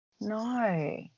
No